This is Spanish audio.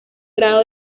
grado